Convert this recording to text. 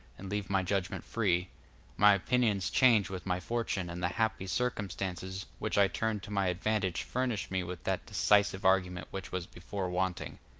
and leave my judgment free my opinions change with my fortune, and the happy circumstances which i turn to my advantage furnish me with that decisive argument which was before wanting.